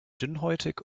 dünnhäutig